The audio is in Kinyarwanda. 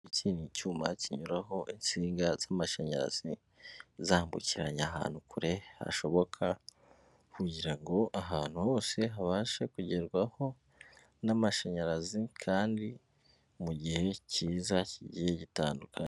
Iki ni icyuma kinyuraho insinga z'amashanyarazi, zambukiranya ahantu kure hashoboka, kugira ngo ahantu hose ubashe kugerwaho n'amashanyarazi, kandi mu gihe cyiza kigiye gitandukanye.